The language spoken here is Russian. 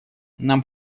нам